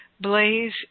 blaze